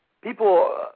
people